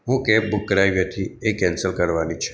હું cab book કરાવી હતી એ કૅન્સલ કરવાની છે